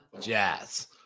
Jazz